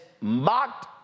mocked